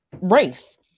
race